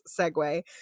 segue